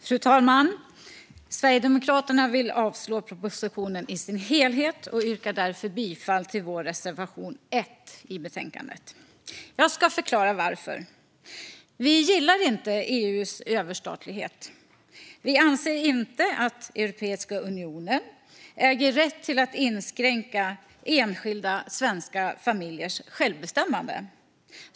Fru talman! Sverigedemokraterna vill avslå propositionen i dess helhet, och jag yrkar därför bifall till vår reservation 1 i betänkandet. Jag ska förklara varför. Vi gillar inte EU:s överstatlighet. Vi anser inte att Europeiska unionen äger rätt att inskränka enskilda svenska familjers självbestämmande.